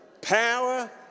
power